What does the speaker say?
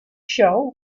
show